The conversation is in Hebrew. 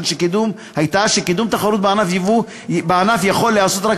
הייתה שקידום תחרות בענף יכול להיעשות רק